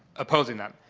opposing that.